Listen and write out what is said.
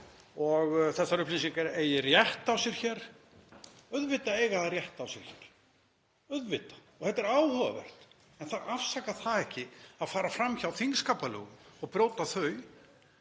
að þessar upplýsingar eigi rétt á sér hér. Auðvitað eiga þær rétt á sér, auðvitað, og þetta er áhugavert. En það afsakar ekki það að fara fram hjá þingskapalögum og brjóta þau